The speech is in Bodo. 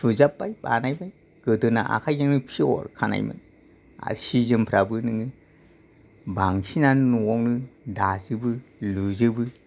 सुजाबबाय बानायबाय गोदोना आखायजोंनो पियर खानायमोन आरो सि जोमफ्राबो नोङो बांसिनानो न'आवनो दाजोबो लुजोबो